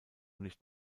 nicht